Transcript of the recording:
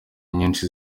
nyinshi